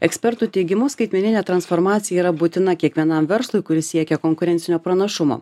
ekspertų teigimu skaitmeninė transformacija yra būtina kiekvienam verslui kuris siekia konkurencinio pranašumo